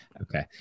Okay